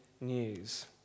news